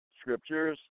scriptures